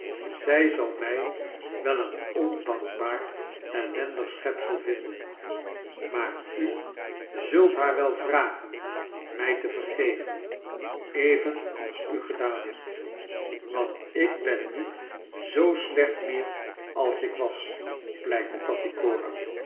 zij zal mij wel een ondankbaar ellendig schepsel vinden i maar u zult haar wel vragen mij foe vergeven evenals u gedaan hebt want ik ben niet zoo slecht meer als ik was pleitte tattycoram